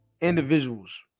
individuals